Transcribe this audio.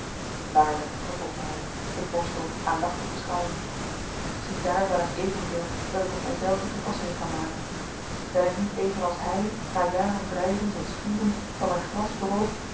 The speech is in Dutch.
waarlijk vervolgde hij den borstel aandachtig beschouwende ziedaar wel een evenbeeld dat ik op mijzelven toepasselijk kan maken ben ik niet evenals hij na jaren wrijvens en schurens van mijn glans beroofd